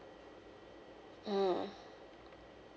mm